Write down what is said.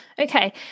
Okay